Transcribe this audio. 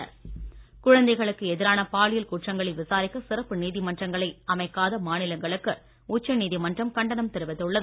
சிறப்பு நீதிமன்றம் குழந்தைகளுக்கு எதிரான பாலியல் குற்றங்களை விசாரிக்க சிறப்பு நீதிமன்றங்களை அமைக்காத மாநிலங்களுக்கு உச்சநீதிமன்றம் கண்டனம் தெரிவித்துள்ளது